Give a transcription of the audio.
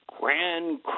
grand